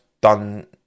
done